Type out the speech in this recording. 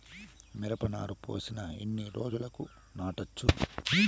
మిరప నారు పోసిన ఎన్ని రోజులకు నాటచ్చు?